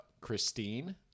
Christine